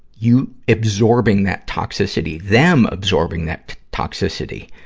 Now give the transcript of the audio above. you absorbing that toxicity. them absorbing that toxicity.